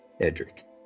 Edric